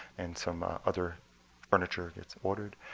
and some other furniture gets ordered.